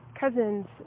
cousins